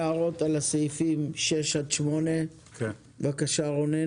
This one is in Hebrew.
הערות לסעיפים 6 עד 8. בסעיף 6(ג)